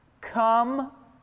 come